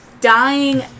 dying